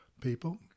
people